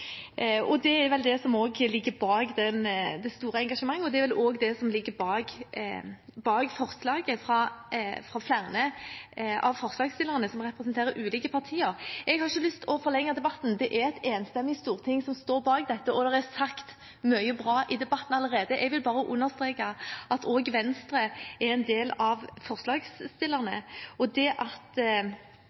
vel også det som ligger bak forslaget, fra forslagsstillere som representerer ulike partier. Jeg har ikke lyst til å forlenge debatten. Det er et enstemmig storting som står bak dette, og det er sagt mye bra i debatten allerede. Jeg vil bare understreke at også Venstre er blant forslagsstillerne. At elever gjennom hele grunnskolen skal få bruke sitt hovedmål, få opplæring på hovedmålet og tilhøre en egen målformgruppe, er vi glad for at